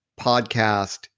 podcast